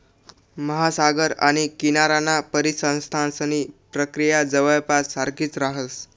महासागर आणि किनाराना परिसंस्थांसनी प्रक्रिया जवयजवय सारखीच राहस